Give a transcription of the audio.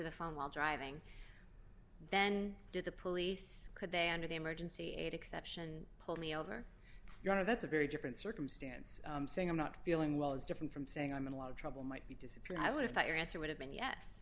the phone while driving then did the police could they under the emergency aid exception pulled me over you know that's a very different circumstance saying i'm not feeling well is different from saying i'm in a lot of trouble might be disciplined i would have thought your answer would have been yes